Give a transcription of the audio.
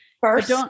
first